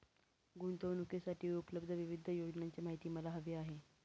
गुंतवणूकीसाठी उपलब्ध विविध योजनांची माहिती मला हवी आहे